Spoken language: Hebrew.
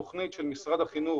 תכנית של משרד החינוך